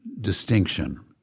distinction